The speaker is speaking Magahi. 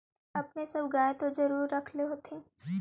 अपने सब गाय तो जरुरे रख होत्थिन?